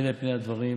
אלה פני הדברים,